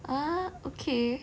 ah okay